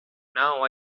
now